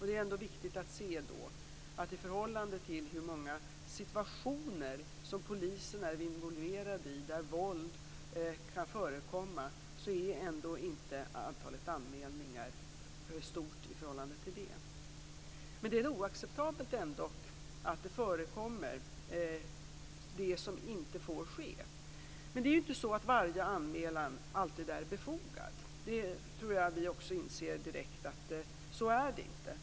Det är ändå viktigt att se att antalet anmälningar inte är stort i förhållande till hur många situationer som polisen är involverad i där våld kan förekomma. Men det är oacceptabelt, ändock, att det som inte får ske förekommer. Det är inte så att varje anmälan alltid är befogad. Jag tror att vi inser direkt att det inte är så.